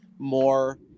more